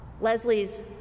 Leslie's